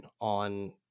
on